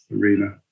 arena